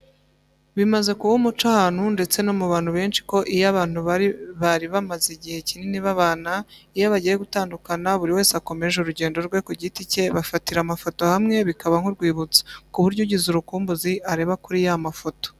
Bimaze kuba umuco ahantu ndetse no mu bantu benshi ko iyo abantu bari bamaze igihe kinini babana, iyo bagiye gutandukana buri wese akomeje urugendo rwe ku giti cye bafatira amafoto hamwe bikaba nk'urwibutso. Ku buryo ugize urukumbuzi areba kuri y'amafoto.